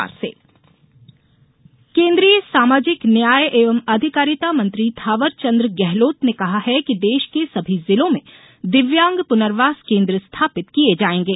पुनर्वास केन्द्र केन्द्रीय सामाजिक न्याय एवं अधिकारिता मंत्री थावरचन्द गेहलोत ने कहा है कि देश के सभी जिलों में दिव्यांग प्नर्वास केन्द्र स्थापित किये जाएंगे